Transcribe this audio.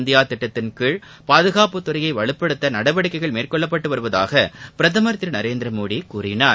India திட்டத்தின் கீழ் பாதுகாப்புத்துறையை வலுப்படுத்த சுயசார்பு நடவடிக்கைகள் மேற்கொள்ளப்பட்டு வருவதாக பிரதமர் திரு நரேந்திர மோடி கூறினார்